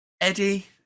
Eddie